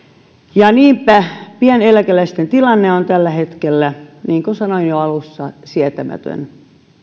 ja niinpä pieneläkeläisten tilanne on tällä hetkellä niin kuin sanoin jo alussa sietämätön